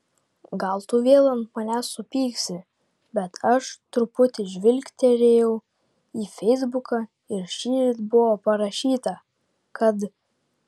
gal tu vėl ant manęs supyksi bet aš truputį žvilgterėjau į feisbuką ir šįryt buvo parašyta kad